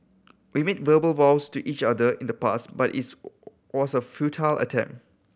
we made verbal vows to each other in the past but it's was a futile attempt